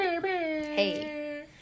hey